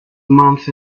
month